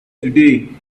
today